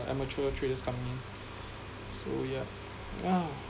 amateur traders coming in so yeah ya